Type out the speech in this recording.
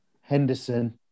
Henderson